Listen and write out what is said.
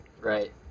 Right